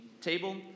table